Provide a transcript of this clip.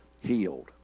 Healed